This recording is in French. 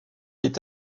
est